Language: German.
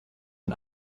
ein